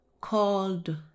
called